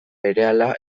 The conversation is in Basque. berehala